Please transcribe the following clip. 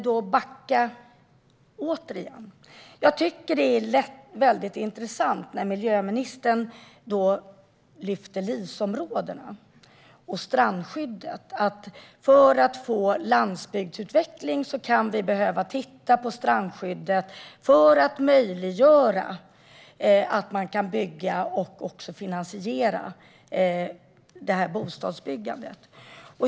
Det lät väldigt intressant när miljöministern tog upp LIS-områdena och strandskyddet. För att få landsbygdsutveckling kan vi behöva titta på strandskyddet för att möjliggöra att man kan bygga och finansiera bostadsbyggande.